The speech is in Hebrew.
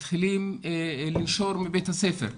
מתחילים לנשור מבית הספר,